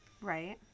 Right